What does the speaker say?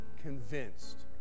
convinced